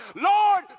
Lord